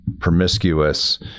promiscuous